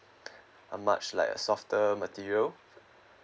a much like a softer material